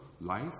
life